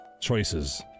Choices